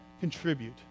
contribute